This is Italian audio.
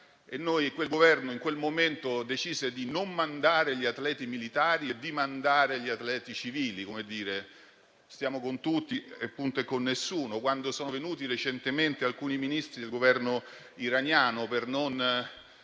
il Governo in quel momento decise di non mandare gli atleti militari, ma di mandare quelli civili, come a dire: stiamo con tutti e con nessuno. Quando sono venuti recentemente alcuni Ministri del Governo iraniano, per non